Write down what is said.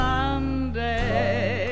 Sunday